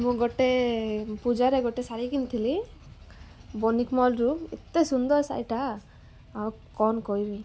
ମୁଁ ଗୋଟେ ପୂଜାରେ ଗୋଟେ ଶାଢ଼ୀ କିଣିଥିଲି ବନିକ୍ ମଲ୍ରୁ ଏତେ ସୁନ୍ଦର ଶାଢ଼ୀଟା ଆଉ କ'ଣ କହିବି